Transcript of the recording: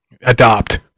adopt